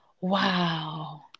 wow